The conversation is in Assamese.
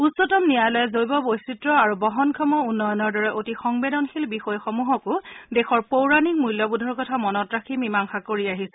উচ্চতম ন্যায়ালয়ে জৈৱ বৈচিত্ৰ্য আৰু বহনক্ষম উন্নয়নৰ দৰে অতি সংবেদনশীল বিষয়সমূহকো দেশৰ পৌৰাণিক মূল্যবোধৰ কথা মনত ৰাখি মীমাংসা কৰি আহিছে